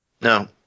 No